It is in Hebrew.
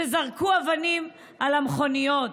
שזרקו אבנים על המכוניות.